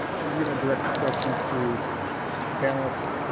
she's going to direct the questions to the panelists